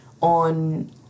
on